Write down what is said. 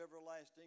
everlasting